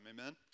Amen